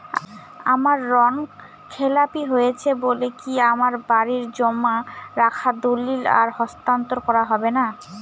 আমার ঋণ খেলাপি হয়েছে বলে কি আমার বাড়ির জমা রাখা দলিল আর হস্তান্তর করা হবে না?